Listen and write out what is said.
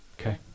okay